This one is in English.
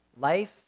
Life